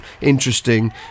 interesting